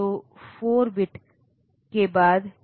तो यह 8 बिट्स के संदर्भ में होगा